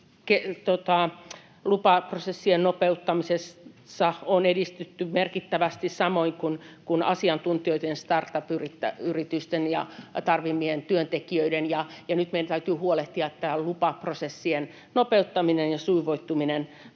lupaprosessien nopeuttamisessa on edistytty merkittävästi, samoin kuin asiantuntijoitten ja startup-yritysten tarvitsemien työntekijöiden. Nyt meidän täytyy huolehtia, että tämä lupaprosessien nopeuttaminen ja sujuvoittaminen